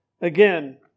Again